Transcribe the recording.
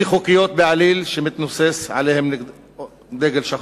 חוקיות בעליל שמתנוסס מעליהן דגל שחור.